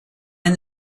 and